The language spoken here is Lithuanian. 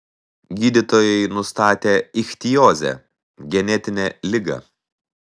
gydytojai nustatė ichtiozę genetinę ligą